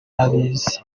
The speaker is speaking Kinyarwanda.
abizi